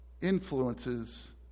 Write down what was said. influences